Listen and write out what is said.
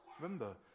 remember